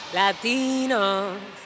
latinos